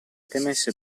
temesse